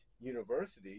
University